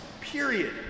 period